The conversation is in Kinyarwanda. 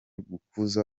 gukuza